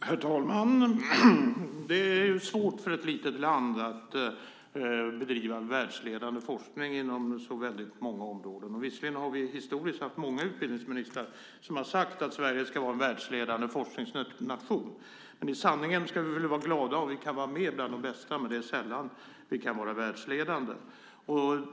Herr talman! Det är svårt för ett litet land att bedriva världsledande forskning inom särskilt många områden. Visserligen har vi historiskt haft många utbildningsministrar som har sagt att Sverige ska vara en världsledande forskningsnation. I sanning ska vi väl vara glada om vi kan vara med bland de bästa, men det är sällan vi kan vara världsledande.